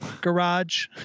garage